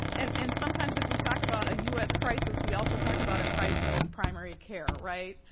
and and sometimes if we talk about a u s. crisis, we also talk about a crisis in primary care, right?